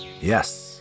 Yes